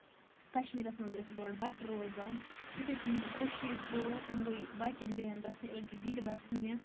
کَشمیٖرَس منٛز ٲسۍ گۄڈٕ بَٹہٕ روزان یِتھُے تِم کٔشیٖر ترٲو تِم گے باقین جاین بَسنہِ أڑۍ گے دِلہِ بَسنہِ